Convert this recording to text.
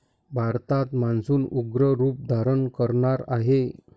भारतात मान्सून उग्र रूप धारण करणार आहे